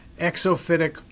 exophytic